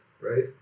right